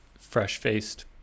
Fresh-faced